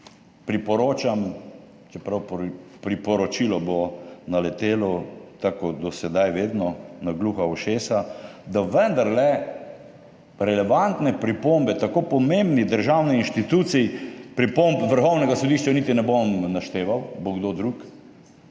priporočam, čeprav bo priporočilo naletelo, tako kot do sedaj vedno, na gluha ušesa, da vendarle relevantne pripombe tako pomembnih državnih institucij – pripomb Vrhovnega sodišča niti ne bom našteval, bo kdo drug